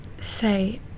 say